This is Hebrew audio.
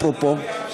אפרופו,